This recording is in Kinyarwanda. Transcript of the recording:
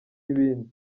ibindi